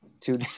two